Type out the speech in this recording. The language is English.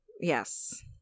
Yes